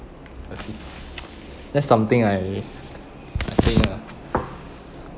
I see that's something I I think ah